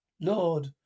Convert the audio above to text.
Lord